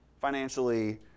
financially